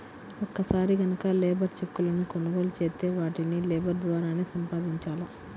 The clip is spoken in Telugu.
ఒక్కసారి గనక లేబర్ చెక్కులను కొనుగోలు చేత్తే వాటిని లేబర్ ద్వారానే సంపాదించాల